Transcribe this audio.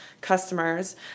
customers